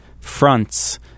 fronts